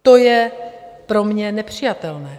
To je pro mě nepřijatelné.